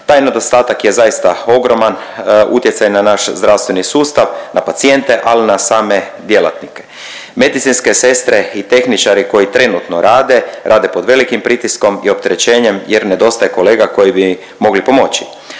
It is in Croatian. taj nedostatak je zaista ogroman utjecaj na naš zdravstveni sustav, na pacijente, ali i na same djelatnike. Medicinske sestre i tehničari koji trenutno rade, rade pod velikim pritiskom i opterećenjem jer nedostaje kolega koji bi mogli pomoći.